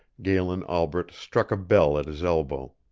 galen albret struck a bell at his elbow.